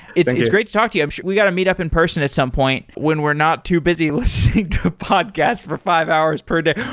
it's it's great to talk to you. we got to meet up in person at some point when we're not too busy listening to a podcast for five hours per day.